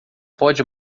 pode